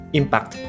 impact